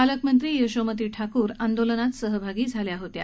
पालकमंत्री यशोमती ठाकूरही या आंदोलनात सहभागी झाल्या होत्या